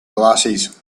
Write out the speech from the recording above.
glasses